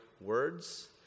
words